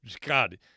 God